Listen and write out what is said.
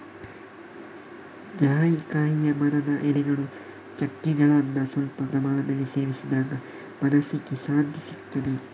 ಜಾಯಿಕಾಯಿಯ ಮರದ ಎಲೆಗಳು, ಚಕ್ಕೆಗಳನ್ನ ಸ್ವಲ್ಪ ಪ್ರಮಾಣದಲ್ಲಿ ಸೇವಿಸಿದಾಗ ಮನಸ್ಸಿಗೆ ಶಾಂತಿಸಿಗ್ತದೆ